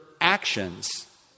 actions